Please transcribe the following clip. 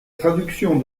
traduction